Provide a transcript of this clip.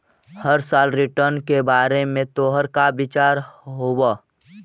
हर साल रिटर्न के बारे में तोहर का विचार हवऽ?